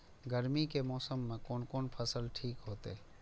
गर्मी के मौसम में कोन कोन फसल ठीक होते?